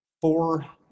four